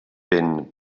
vent